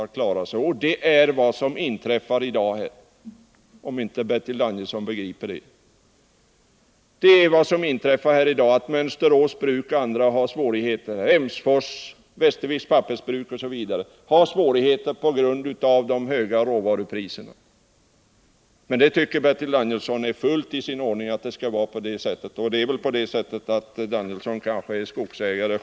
Jag vill säga att det är vad som nu håller på att ske, om Bertil Danielsson inte har begripit det. Mönsterås bruk, Emsfors bruk, Westerviks Pappersbruk osv. har alla svårigheter på grund av de höga råvarupriserna. Men Bertil Danielsson tycker ändå att det är helt i sin ordning. Han är kanske själv skogsägare.